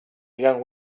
young